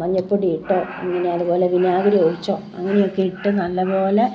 മഞ്ഞപ്പൊടി ഇട്ട് അതുപോലെ വിനാഗിരി ഒഴിച്ചോ അങ്ങനെയൊക്കെ ഇട്ട് നല്ലത് പോലെ